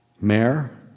Mayor